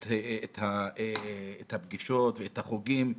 את הפגישות ואת החוגים,